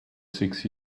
six